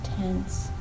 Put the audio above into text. tense